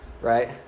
right